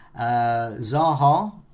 Zaha